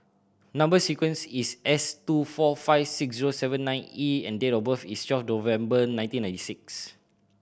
number sequence is S two four five six zero seven nine E and date of birth is twelve November nineteen ninety six